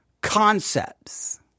concepts